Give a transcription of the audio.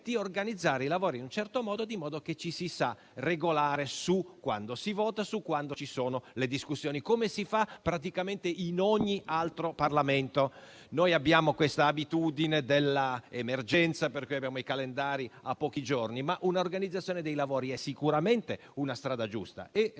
di organizzare i lavori in un certo modo, affinché ci si sappia regolare su quando si vota e su quando ci sono le discussioni, come si fa praticamente in ogni altro Parlamento. Noi abbiamo questa abitudine all'emergenza, per cui i nostri calendari dei lavori hanno una prospettiva di pochi giorni, ma un'organizzazione dei lavori è sicuramente una strada giusta.